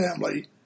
family